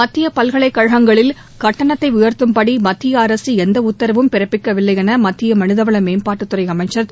மத்தியப் பல்கலைக் கழகங்களில் கட்டணத்தை உயர்த்தும்படி மத்திய அரசு எந்த உத்தரவும் பிறப்பிக்கவில்லை என மனிதவள மேம்பாட்டுத் துறை அமைச்சர் திரு